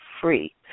free